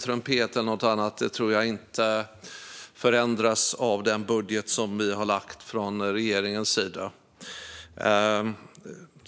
trumpet eller något annat instrument på kulturskolan kommer inte att förändras av regeringens budget.